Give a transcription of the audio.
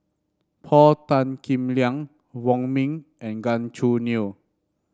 Paul Tan Kim Liang Wong Ming and Gan Choo Neo